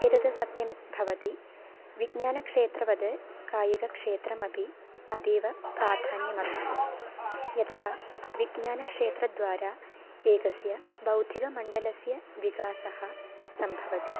एतत् सत्यं भवति विज्ञानक्षेत्रवद् कायिकक्षेत्रमपि अतीव प्राधान्यमर्हति यतः विज्ञानक्षेत्रद्वारा एकस्य भौतिकमण्डलस्य विकासः सम्भवति